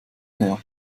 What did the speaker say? her